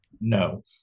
no